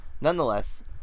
nonetheless